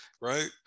right